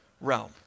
realm